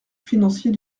financier